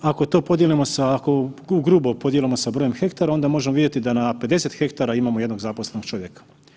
Ako to podijelimo sa, ako ugrubo podijelimo sa brojem hektara, onda možemo vidjeti da na 50 hektara imamo 1 zaposlenog čovjeka.